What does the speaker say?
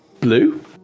blue